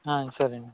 ఆ సరేనండి